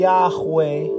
Yahweh